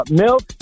milk